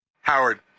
Howard